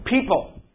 people